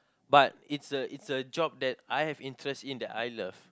but it's a it's a job that I have interest in that I love